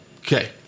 okay